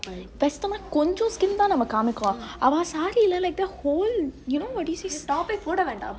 western naa konjo skin thaa namme kaamipo avaa saari le like the whole you know what you see